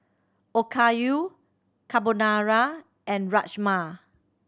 Okayu Carbonara and Rajma